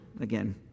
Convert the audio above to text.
again